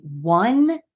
one